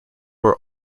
are